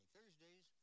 Thursdays